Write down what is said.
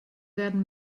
werden